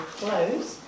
close